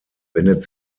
wendet